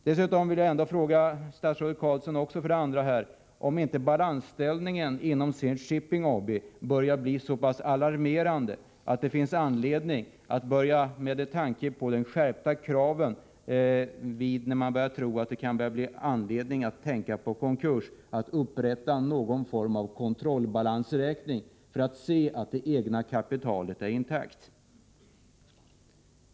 Dessutom vill jag fråga statsrådet Carlsson om inte balansställningen inom Zenit Shipping AB börjar bli så pass alarmerande att det finns anledning att, på grund av de skärpta kraven som gör att det kan finnas skäl att tänka på konkurs, upprätta någon form av kontrollbalansräkning för att se att det egna kapitalet är intakt.